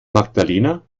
magdalena